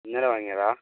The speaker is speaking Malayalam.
ഇന്നലെ വാങ്ങിയതാ